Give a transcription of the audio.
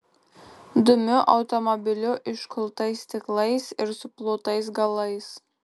dumiu automobiliu iškultais stiklais ir suplotais galais